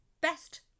best